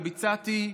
וביצעתי,